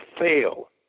fail